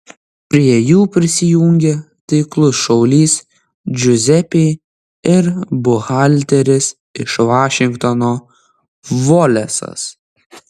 prie jų prisijungia taiklus šaulys džiuzepė ir buhalteris iš vašingtono volesas